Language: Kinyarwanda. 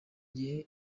gihe